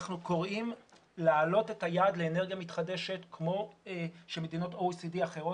אנחנו קוראים להעלות את היעד לאנרגיה מתחדשת כמו שמדינות ה-OECD האחרות,